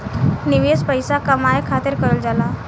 निवेश पइसा कमाए खातिर कइल जाला